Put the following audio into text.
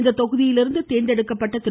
இத்தொகுதியில் இருந்து தேர்ந்தெடுக்கப்பட்ட திரு